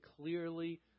clearly